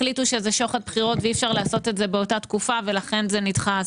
החליטו שזה שוחד בחירות ואי אפשר לעשות את זה באותה תקופה ולכן זה נדחה,